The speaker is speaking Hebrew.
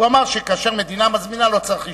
הוא אמר שכאשר מדינה מזמינה לא צריך אישור.